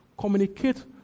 communicate